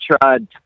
tried